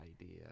idea